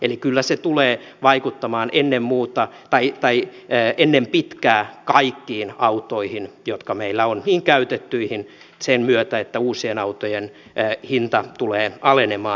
eli kyllä se tulee vaikuttamaan ennen muuta pai pai ja ennen pitkää kaikkiin autoihin jotka meillä on käytettyihin sen myötä että uusien autojen hinta tulee alenemaan